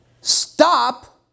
Stop